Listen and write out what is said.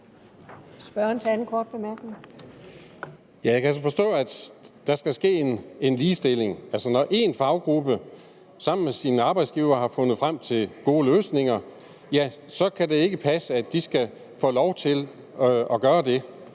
jeg kan altså forstå, at der skal ske en ligestilling. Altså når en faggruppe sammen med sin arbejdsgiver har fundet frem til gode løsninger, så kan det ikke passe, at de skal have lov til at gøre det.